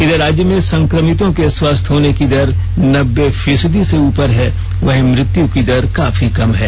इधर राज्य में संक्रमितों के स्वस्थ होने की दर नब्बे फीसदी से उपर है वहीं मृत्यु की दर काफी कम है